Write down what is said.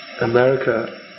America